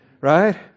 Right